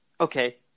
Okay